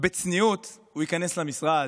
בצניעות הוא ייכנס למשרד,